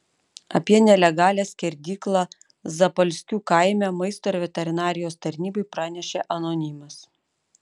apie nelegalią skerdyklą zapalskių kaime maisto ir veterinarijos tarnybai pranešė anonimas